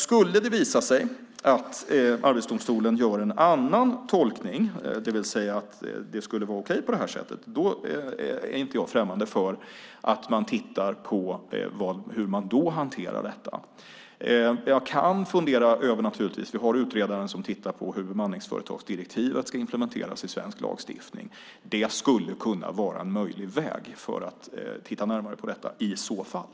Skulle Arbetsdomstolen göra tolkningen att det är okej att göra så här är jag inte främmande för att man tittar på hur man då hanterar detta. Vi har utredaren som tittar på hur bemanningsföretagsdirektivet ska implementeras i svensk lagstiftning. Det skulle kunna vara en möjlig väg för att titta närmare på detta i så fall.